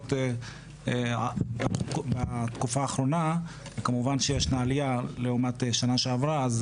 הרציחות בתקופה האחרונה כמובן שישנה עליה לעומת השנה שעברה אז